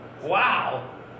wow